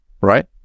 right